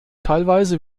teilweise